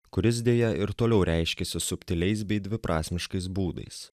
kuris deja ir toliau reiškiasi subtiliais bei dviprasmiškais būdais